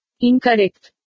Incorrect